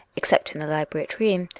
except in the library at rheims,